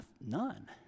none